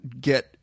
get